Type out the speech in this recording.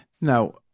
Now